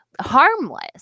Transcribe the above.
harmless